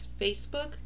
Facebook